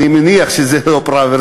אני מניח שזה לא פראוור,